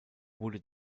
wurde